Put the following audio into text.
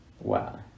Wow